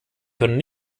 können